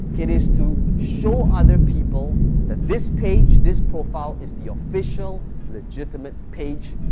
it is to show other people that this page, this profile is the official legitimate page,